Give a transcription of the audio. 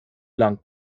lang